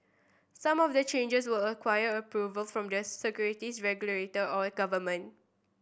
some of the changes will a quire approval from the securities regulator or government